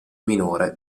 minore